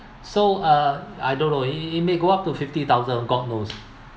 so uh I don't know it it may go up to fifty thousand god knows